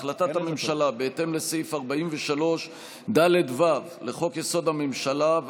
החלטת הממשלה בהתאם לסעיף 43ד(ו) לחוק-יסוד: הממשלה,